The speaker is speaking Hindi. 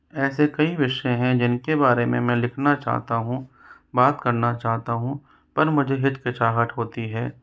ऐसे कई विषय है जिन के बारे में मैं लिखना चाहता हूँ चाहता हूँ बात करना चाहता हूँ पर मुझे हिचकिचाहट होती है